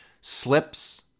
slips